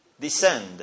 descend